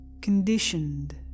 Conditioned